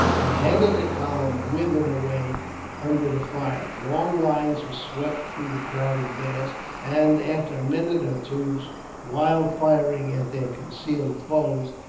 the head of the column withered away under the fire, long lines were swept through the crowded mass and, after a minute or two's wild firing at their concealed foes,